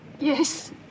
Yes